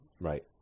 right